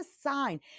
sign